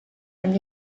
allem